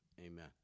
Amen